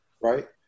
right